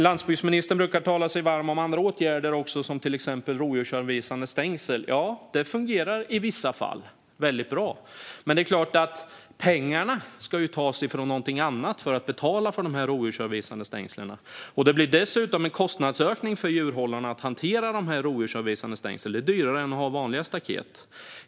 Landsbygdsministern brukar också tala sig varm för andra åtgärder, till exempel rovdjursavvisande stängsel. Ja, de fungerar bra i vissa fall. Men pengarna för att betala för dessa stängsel ska ju tas från något. Det blir dessutom en kostnadsökning för djurhållarna att hantera dessa stängsel eftersom det är dyrare än att ha vanliga staket.